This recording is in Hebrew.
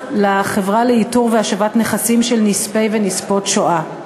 לחברה לאיתור והשבת נכסים של נספי ונספות השואה.